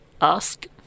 ask